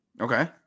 okay